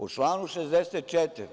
U članu 64.